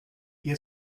ihr